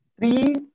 three